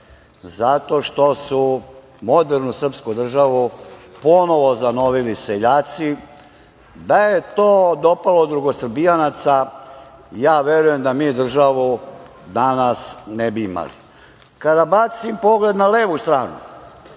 zato što su modernu srpsku državu ponovo zanovili seljaci. Da je to dopalo drugosrbijanaca, ja verujem da mi državu danas ne bi imali. Kada bacim pogled na levu stranu,